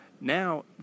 Now